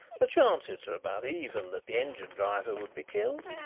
the chances are about even that the engine-driver would be killed.